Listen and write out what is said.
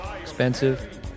expensive